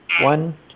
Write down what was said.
one